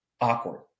awkward